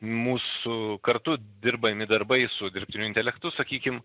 mūsų kartu dirbami darbai su dirbtiniu intelektu sakykim